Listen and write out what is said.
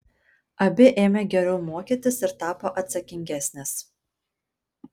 abi ėmė geriau mokytis ir tapo atsakingesnės